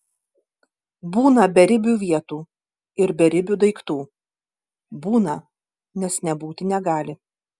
būna beribių vietų ir beribių daiktų būna nes nebūti negali